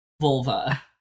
vulva